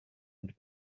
and